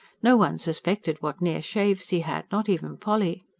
no one suspected what near shaves he had not even polly.